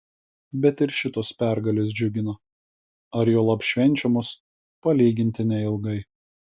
bet ir šitos pergalės džiugina ar juolab švenčiamos palyginti neilgai